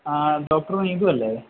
ആ ഡോക്ടർ നീതുവല്ലേ